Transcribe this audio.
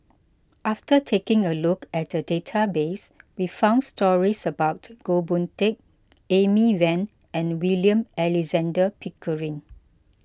after taking a look at the database we found stories about Goh Boon Teck Amy Van and William Alexander Pickering